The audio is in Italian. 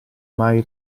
mai